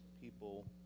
people